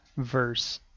Verse